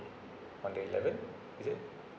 on the eleventh is it